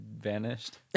vanished